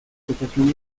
asociación